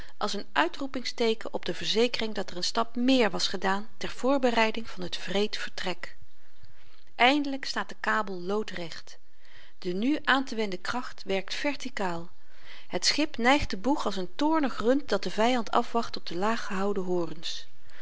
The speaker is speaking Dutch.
als n uitroepingsteeken op de verzekering dat er n stap méér was gedaan ter voorbereiding van t wreed vertrek eindelyk staat de kabel loodrecht de nu aantewenden kracht werkt vertikaal het schip neigt den boeg als n toornig rund dat den vyand afwacht op de laaggehouden hoorns